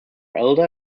elder